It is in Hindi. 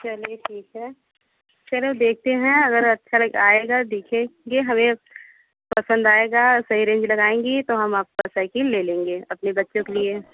चलिए ठीक है चलो देखते हैं अगर अच्छा आएगा देखेंगे अगर हमें पसंद आएगा सही रेंज लगाएँगे तो हम आपके पास से साइकिल ले लेंगे अपने बच्चों के लिए